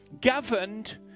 governed